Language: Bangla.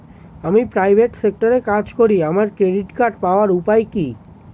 আমি প্রাইভেট সেক্টরে কাজ করি আমার ক্রেডিট কার্ড পাওয়ার উপায় কি?